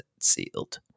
sealed